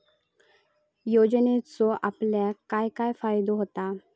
योजनेचो आपल्याक काय काय फायदो होता?